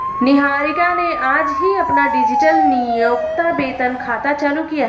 निहारिका ने आज ही अपना डिजिटल नियोक्ता वेतन खाता चालू किया है